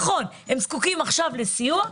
נכון, הם זקוקים אחר כך לסיוע,